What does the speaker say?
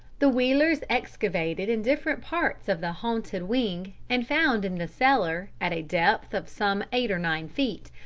the wheelers excavated in different parts of the haunted wing and found, in the cellar, at a depth of some eight or nine feet,